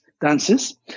dances